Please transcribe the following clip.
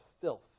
filth